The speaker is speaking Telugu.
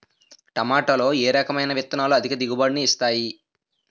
టమాటాలో ఏ రకమైన విత్తనాలు అధిక దిగుబడిని ఇస్తాయి